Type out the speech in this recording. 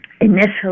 initially